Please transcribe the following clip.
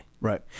Right